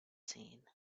seen